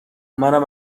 منم